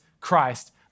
Christ